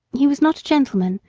he was not a gentleman,